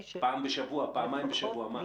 פעם בשבוע, פעמיים בשבוע, מה?